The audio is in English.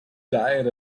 diet